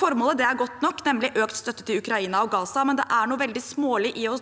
Formålet er godt nok, nemlig økt støtte til Ukraina og Gaza, men det er noe veldig smålig i å